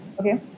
Okay